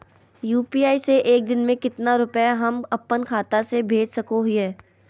UPI से एक दिन में कितना रुपैया हम अपन खाता से भेज सको हियय?